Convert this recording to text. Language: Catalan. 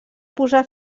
posar